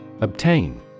Obtain